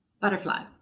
butterfly